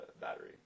battery